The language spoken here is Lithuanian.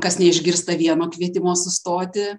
kas neišgirsta vieno kvietimo sustoti